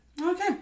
Okay